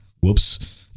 whoops